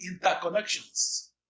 interconnections